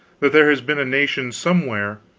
that there has been a nation somewhere,